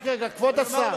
רק רגע, כבוד השר.